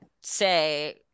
say